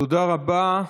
תודה רבה.